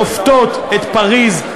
לופתות את פריז,